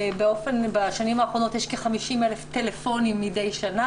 בשנים האחרונות יש כ-50,000 טלפונים מדי שנה